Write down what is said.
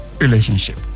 relationship